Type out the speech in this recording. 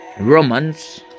Romans